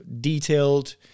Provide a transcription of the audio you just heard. detailed